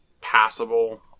passable